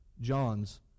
John's